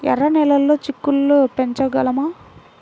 ఎర్ర నెలలో చిక్కుళ్ళు పెంచగలమా?